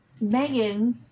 Megan